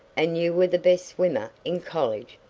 and you were the best swimmer in college,